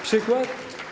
Przykład?